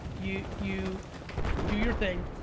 you you do your thing.